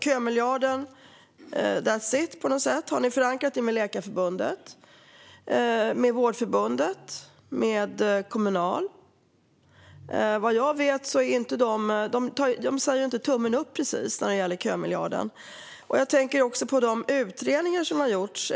Kömiljarden - that's it, på något sätt, men har ni förankrat det med Läkarförbundet, Vårdförbundet och Kommunal? Vad jag vet gör de inte precis tummen upp för kömiljarden. Jag tänker också på utredningar som har gjorts.